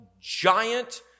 giant